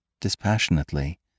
Dispassionately